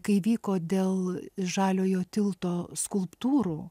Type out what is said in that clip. kai vyko dėl žaliojo tilto skulptūrų